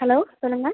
hello சொல்லுங்கள்